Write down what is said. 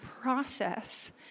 process